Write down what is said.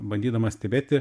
bandydamas stebėti